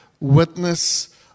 witness